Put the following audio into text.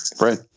Right